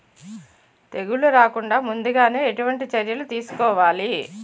తెగుళ్ల రాకుండ ముందుగానే ఎటువంటి చర్యలు తీసుకోవాలి?